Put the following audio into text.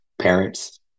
parents